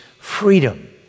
freedom